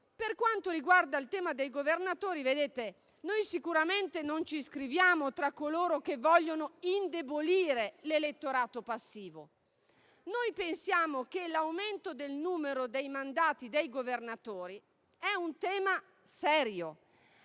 Per quanto riguarda il tema dei governatori, noi sicuramente non ci iscriviamo tra coloro che vogliono indebolire l'elettorato passivo; noi pensiamo che l'aumento del numero dei mandati dei governatori sia un tema serio,